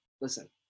Listen